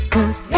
Cause